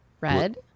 Red